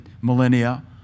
millennia